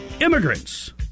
immigrants